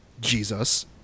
Jesus